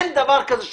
אין דבר כזה.